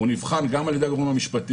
נבחן גם על ידי הגורמים המשפטיים,